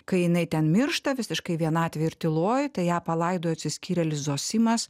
kai jinai ten miršta visiškai vienatvėj ir tyloj tai ją palaidoja atsiskyrėlis zosimas